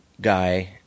guy